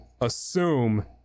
assume